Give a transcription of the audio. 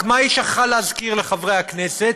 רק מה היא שכחה להזכיר לחברי הכנסת,